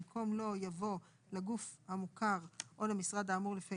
במקום "לו" יבוא "לגוף המוכר או למשרד האמור לפי